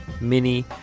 mini